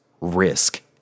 risk